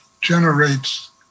generates